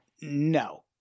no